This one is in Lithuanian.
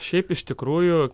šiaip iš tikrųjų